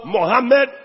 Mohammed